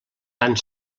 tant